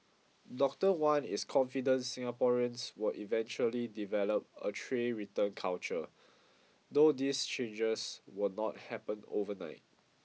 Doctor Wan is confident Singaporeans will eventually develop a tray return culture though these changes will not happen overnight